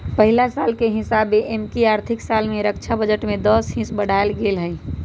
पछिला साल के हिसाबे एमकि आर्थिक साल में रक्षा बजट में दस हिस बढ़ायल गेल हइ